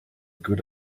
good